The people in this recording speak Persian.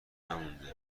نمونده